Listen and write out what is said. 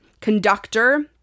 conductor